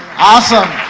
awesome,